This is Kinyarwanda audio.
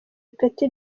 ipeti